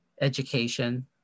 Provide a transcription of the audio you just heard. education